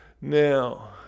Now